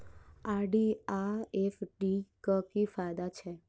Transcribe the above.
RD आ FD क की फायदा छै?